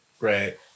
Right